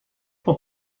for